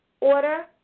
order